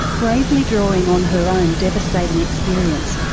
bravely drawing on her own devastating experience,